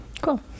Cool